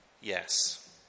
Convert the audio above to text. yes